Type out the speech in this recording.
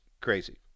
crazy